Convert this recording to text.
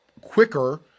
quicker